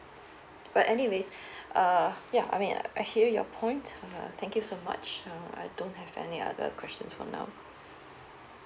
but anyways uh ya I mean I hear your point uh thank you so much uh I don't have any other questions from now